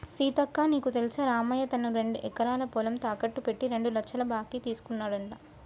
సీతక్క నీకు తెల్సా రామయ్య తన రెండెకరాల పొలం తాకెట్టు పెట్టి రెండు లచ్చల బాకీ తీసుకున్నాడంట